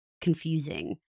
confusing